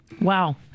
Wow